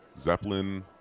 Zeppelin